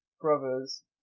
brothers